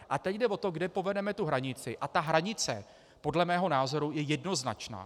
A teď jde o to, kde povedeme tu hranici, a ta hranice je podle mého názoru jednoznačná.